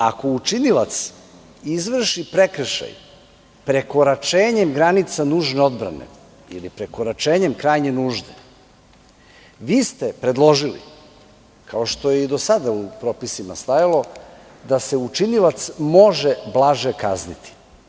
Ako učinilac izvrši prekršaj prekoračenjem granica nužne odbrane ili prekoračenjem krajnje nužde, vi ste predložili, kao što je i do sada u propisima stajalo, da se učinilac može blaže kazniti.